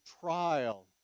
trial